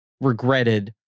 regretted